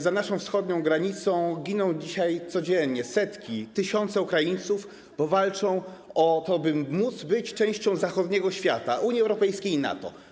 Za naszą wschodnią granicą giną dzisiaj codziennie setki, tysiące Ukraińców, bo walczą o to, by móc być częścią zachodniego świata: Unii Europejskiej i NATO.